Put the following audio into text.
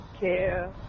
care